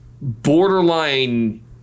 borderline